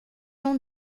não